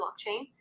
blockchain